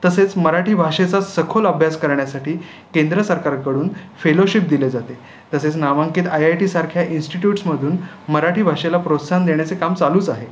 तसेच मराठी भाषेचा सखोल अभ्यास करण्यासाठी केंद्र सरकारकडून फेलोशिप दिले जाते तसेच नामांकित आय आय टी सारख्या इन्स्टिट्यूट्समधून मराठी भाषेला प्रोत्साहन देण्याचं काम चालूच आहे